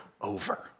over